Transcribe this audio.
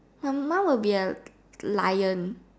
my mum would be a lion